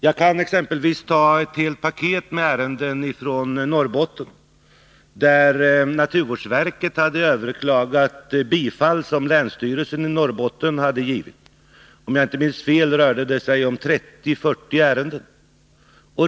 Jag kan som exempel ta ett helt paket med ärenden från Norrbotten, där naturvårdsverket har överklagat bifall som länsstyrelsen i Norrbotten hade givit. Om jag inte minns fel rörde det sig om 30-40 ärenden.